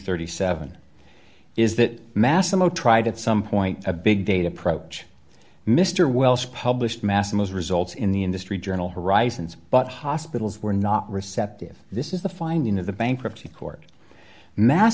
thirty seven is that massimo tried at some point a big data approach mr wells published massimo's results in the industry journal horizons but hospitals were not receptive this is the finding of the bankruptcy court